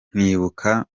nkibuka